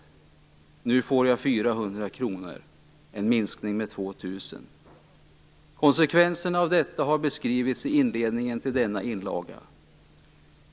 Nu får jag 400 kr, en minskning med 2 000 kr. Konsekvenserna av detta har beskrivits i ineldningen till denna inlaga.